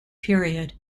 period